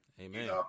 Amen